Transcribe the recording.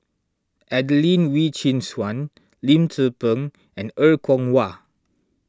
Adelene Wee Chin Suan Lim Tze Peng and Er Kwong Wah